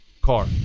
car